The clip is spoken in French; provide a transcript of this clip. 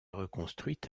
reconstruite